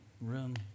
room